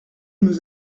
nous